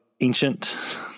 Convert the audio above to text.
ancient